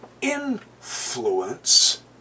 influence